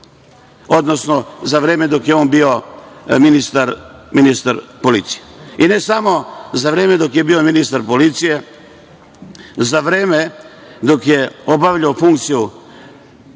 odnosno za vreme dok je on bio ministar policije, i ne samo za vreme dok je bio ministar policije, za vreme dok je obavljao funkciju